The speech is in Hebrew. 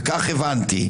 וכך הבנתי,